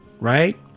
right